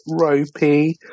ropey